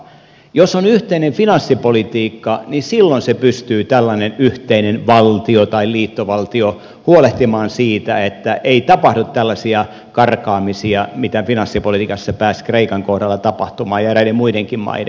jos on yhteinen finanssipolitiikka niin silloin pystyy tällainen yhteinen valtio tai liittovaltio huolehtimaan siitä että ei tapahdu tällaisia karkaamisia mitä finanssipolitiikassa pääsi kreikan kohdalla tapahtumaan ja eräiden muidenkin maiden kohdalla